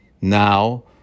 Now